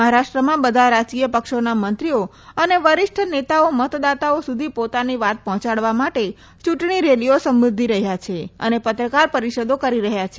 મહારાષ્ટ્રમાં બધા રાજકીય પક્ષોના મંત્રીઓ અને વરિષ્ઠ નેતાઓ મતદાતાઓ સુધી પોતાની વાત પહોચાડવા માટે યુંટણી રેલીઓ સંબોધી રહયાં છે અને પત્રકાર પરિષદો કરી રહયાં છે